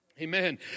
Amen